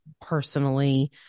personally